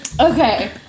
Okay